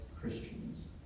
Christians